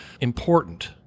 important